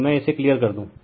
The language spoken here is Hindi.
तो मैं इसे क्लियर कर दूं